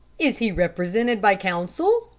is he represented by counsel?